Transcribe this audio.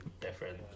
different